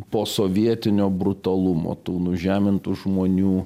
posovietinio brutalumo tų nužemintų žmonių